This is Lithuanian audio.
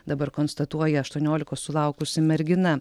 dabar konstatuoja aštuoniolikos sulaukusi mergina